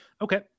Okay